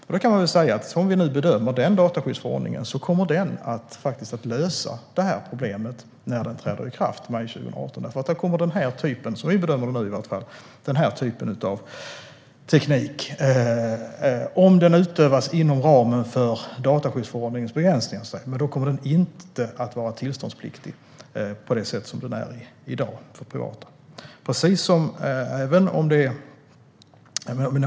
Som vi bedömer det nu kommer denna dataskyddsförordning att lösa problemet när den träder i kraft i maj 2018, för då kommer denna typ av teknik, om den utövas inom ramen för dataskyddsförordningens begränsningar, inte att vara tillståndspliktig på det sätt som den är nu för privatpersoner.